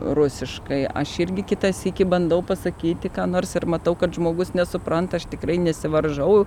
rusiškai aš irgi kitą sykį bandau pasakyti ką nors ir matau kad žmogus nesupranta aš tikrai nesivaržau